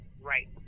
Right